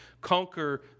conquer